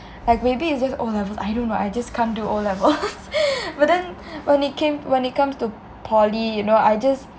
like maybe it's just O levels I don't know I just can't do O level but then when it came when it comes to poly you know I just